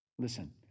Listen